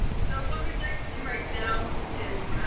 so what we'd like to do right now is